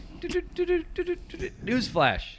Newsflash